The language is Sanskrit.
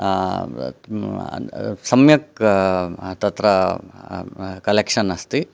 सम्यक् तत्र कलेक्षन् अस्ति